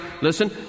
Listen